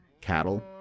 Cattle